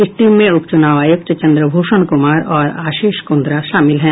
इस टीम में उप चुनाव आयुक्त चंद्रभूषण कुमार और आशीष कुंद्रा शामिल हैं